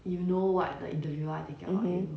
mmhmm